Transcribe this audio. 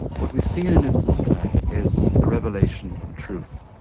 what we see in an ibsen play is the revelation of truth,